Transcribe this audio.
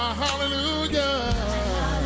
hallelujah